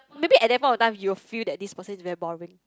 maybe at that point of time you'll feel that this person is boring